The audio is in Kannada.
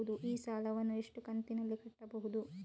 ಈ ಸಾಲವನ್ನು ಎಷ್ಟು ಕಂತಿನಲ್ಲಿ ಕಟ್ಟಬಹುದು?